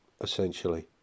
essentially